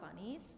bunnies